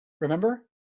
remember